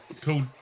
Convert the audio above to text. Called